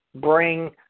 bring